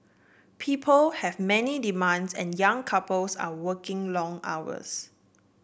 people have many demands and young couples are working long hours